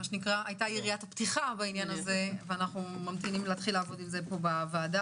הייתה יריית פתיחה בעניין הזה ואנחנו ממתינים לעבוד עם זה פה בוועדה.